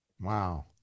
Wow